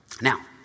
Now